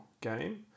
game